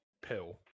pill